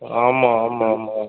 ஆமாம் ஆமாம் ஆமாம்